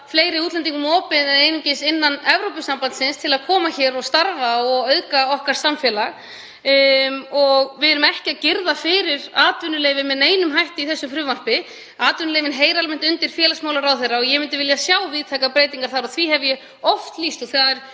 fleiri útlendingum opið en einungis einstaklingum innan Evrópusambandsins til að koma hér og starfa og auðga samfélag okkar. Við erum ekki að girða fyrir atvinnuleyfi með neinum hætti í þessu frumvarpi. Atvinnuleyfin heyra almennt undir félagsmálaráðherra og ég myndi vilja sjá víðtækar breytingar þar og því hef ég oft lýst og það